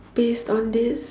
based on this